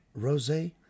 rosé